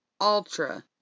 Ultra